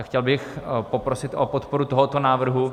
Chtěl bych poprosit o podporu tohoto návrhu.